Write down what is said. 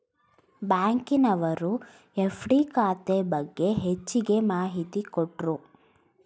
ಬ್ಯಾಂಕಿನವರು ಎಫ್.ಡಿ ಖಾತೆ ಬಗ್ಗೆ ಹೆಚ್ಚಗೆ ಮಾಹಿತಿ ಕೊಟ್ರು